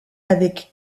avec